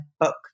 book